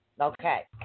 Okay